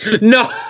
No